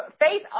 Faith